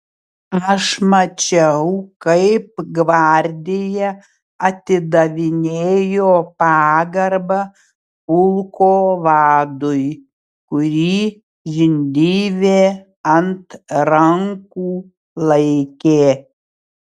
aš mačiau kaip gvardija atidavinėjo pagarbą pulko vadui kurį žindyvė ant rankų laikė